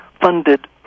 funded